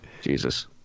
Jesus